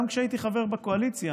גם כשהייתי חבר בקואליציה,